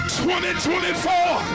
2024